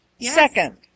second